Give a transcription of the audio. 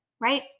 right